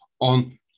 on